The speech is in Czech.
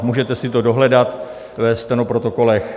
Můžete si to dohledat ve stenoprotokolech.